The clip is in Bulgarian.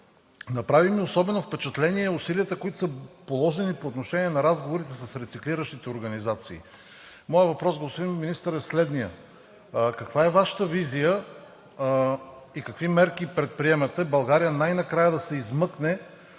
Направиха ми особено впечатление усилията, които са положени, по отношение на разговорите с рециклиращите организации. Моят въпрос, господин Министър, е следният: каква е Вашата визия и какви мерки предприемате България най-накрая да се измъкне